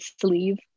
sleeve